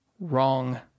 Wrong